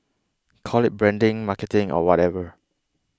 call it branding marketing or whatever